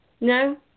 No